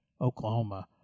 Oklahoma